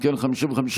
הסתייגות 202 לא נתקבלה.